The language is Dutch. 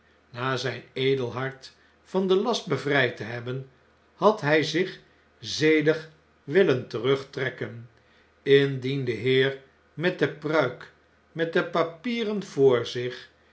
na zgn edel hart van den last bevrijd te hebben had hij zich zedig willen terugtrekken indien de heer met de pruik met de papieren voor zich